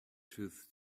truth